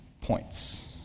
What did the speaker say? points